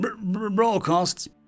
Broadcasts